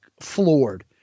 floored